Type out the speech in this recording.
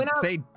say